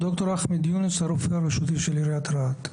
ד"ר אחמד יונס הרופא הרשותי של עיריית רהט.